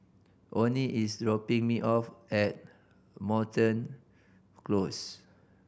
Onnie is dropping me off at Moreton Close